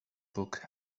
book